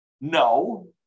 no